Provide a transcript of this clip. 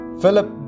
Philip